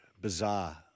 bizarre